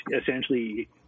essentially